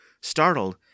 Startled